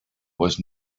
was